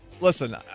Listen